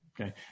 Okay